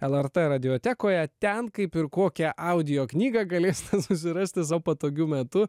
lrt radiotekoje ten kaip ir kokią audio knygą galės susirasti sau patogiu metu